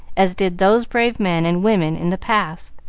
as did those brave men and women in the past.